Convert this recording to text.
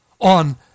on